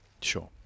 Sure